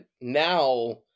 now